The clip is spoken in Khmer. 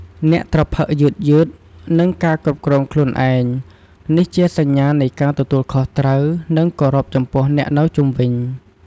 អ្នកត្រូវផឹកយឺតៗ និងការគ្រប់គ្រងខ្លួនឯង នេះជាសញ្ញានៃការទទួលខុសត្រូវ និងគោរពចំពោះអ្នកនៅជុំវិញ។